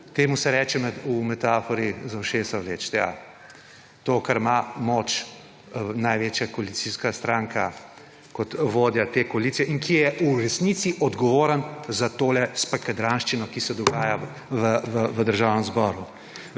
Temu se reče v metafori za ušesa vleči, ja, to, kar ima moč največja koalicijska stranka kot vodja te koalicije in ki je v resnici odgovoren za tole spakedranščino, ki se dogaja v Državnem zboru.